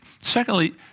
secondly